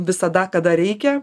visada kada reikia